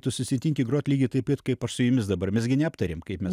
tu susitinki grot lygiai taip pat kaip aš su jumis dabar mes gi neaptarėm kaip mes